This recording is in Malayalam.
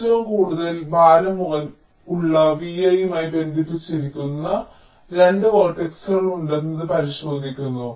ഏറ്റവും കുറഞ്ഞ ഭാരം ഉള്ള vi യുമായി ബന്ധിപ്പിച്ചിരിക്കുന്ന 2 വേർട്ടക്സുകളുണ്ടെന്ന് ഇത് പരിശോധിക്കുന്നു